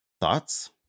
Thoughts